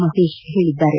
ಮಹೇಶ್ ಹೇಳಿದ್ದಾರೆ